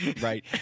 Right